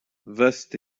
vaste